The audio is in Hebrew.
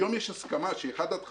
היום יש הסכמה ש-1 עד 5,